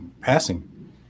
passing